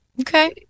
Okay